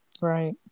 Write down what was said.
Right